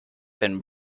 been